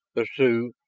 the sioux,